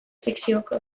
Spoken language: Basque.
fikziozkoan